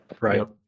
right